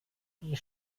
die